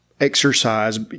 exercise